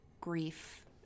grief